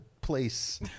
place